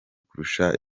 kurusha